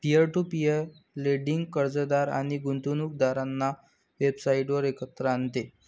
peer to peer lending कर्जदार आणि गुंतवणूकदारांना वेबसाइटवर एकत्र आणते